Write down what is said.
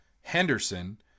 Henderson